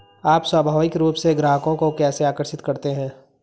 आप स्वाभाविक रूप से ग्राहकों को कैसे आकर्षित करते हैं?